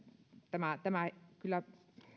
kyllä